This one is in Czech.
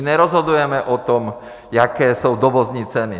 Nerozhodujeme o tom, jaké jsou dovozní ceny.